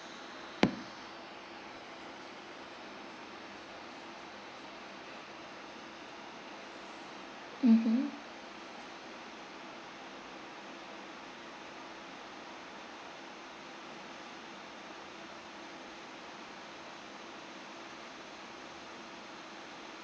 mmhmm